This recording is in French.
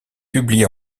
publié